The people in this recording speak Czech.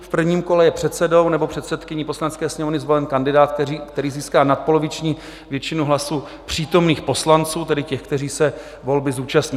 V prvním kole je předsedou nebo předsedkyní Poslanecké sněmovny zvolen kandidát, který získá nadpoloviční většinu hlasů přítomných poslanců, tedy těch, kteří se volby zúčastní.